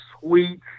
sweet